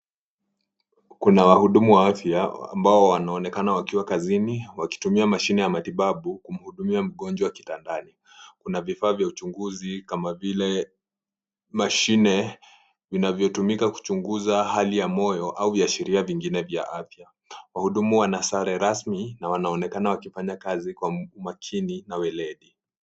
Kuna wahudumu wa afya ambao wanaonekana wakiwa kazini wakitumia mashine ya matibabu kumhudumia mgonjwa kitandani. Kuna vifaa vya uchunguzi kama vile mashine vinavyotumika kuchunguza hali ya moyo au viashiria vingine vya afya. Wahudumu wana sare rasmi na wanaonekana wakifanya kazi kwa umakini na weledi.